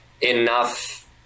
enough